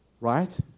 Right